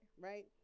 Right